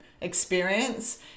experience